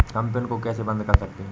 हम पिन को कैसे बंद कर सकते हैं?